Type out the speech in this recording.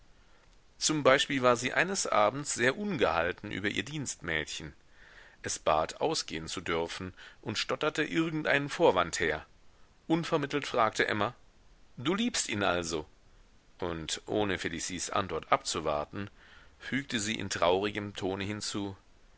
zum beispiel war sie eines abends sehr ungehalten über ihr dienstmädchen es bat ausgehen zu dürfen und stotterte irgendeinen vorwand her unvermittelt fragte emma du liebst ihn also und ohne felicies antwort abzuwarten fügte sie in traurigem tone hinzu